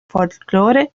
folklore